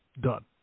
Done